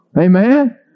Amen